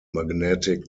magnetic